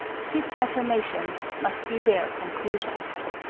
his affirmations must be their conclusions.